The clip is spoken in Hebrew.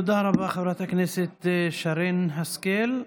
תודה רבה, חברת הכנסת שרן השכל.